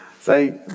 Say